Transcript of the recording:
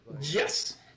Yes